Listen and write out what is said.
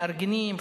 למארגנים,